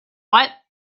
what